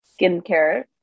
skincare